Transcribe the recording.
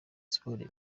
sports